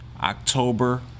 october